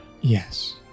Yes